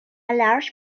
large